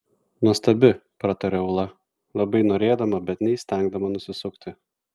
nuostabi prataria ūla labai norėdama bet neįstengdama nusisukti